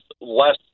less